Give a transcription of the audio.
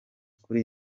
kuri